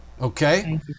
okay